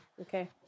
Okay